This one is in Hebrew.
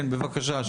כן, בבקשה.